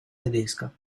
tedesca